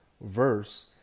verse